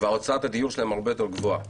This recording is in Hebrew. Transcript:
והוצאת הדיור שלהם הרבה יותר גבוהה.